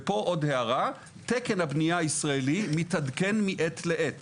ופה עוד הערה: תקן הבנייה הישראלי מתעדכן מעת לעת